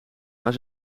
maar